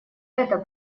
это